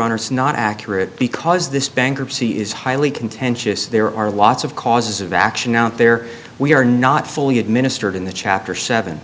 honor snot accurate because this bankruptcy is highly contentious there are lots of causes of action out there we are not fully administered in the chapter seven